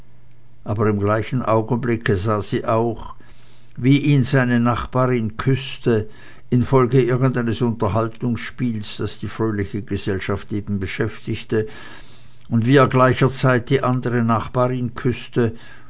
aber im gleichen augenblicke sah sie auch wie ihn seine eine nachbarin küßte infolge irgendeines unterhaltungsspieles das die fröhliche gesellschaft eben beschäftigte und wie er gleicherzeit die andere nachbarin küßte